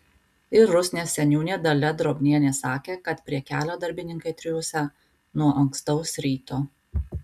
ir rusnės seniūnė dalia drobnienė sakė kad prie kelio darbininkai triūsia nuo ankstaus ryto